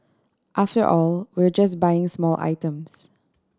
after all we're just buying small items